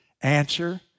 Answer